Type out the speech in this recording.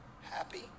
happy